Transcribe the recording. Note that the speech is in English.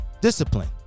discipline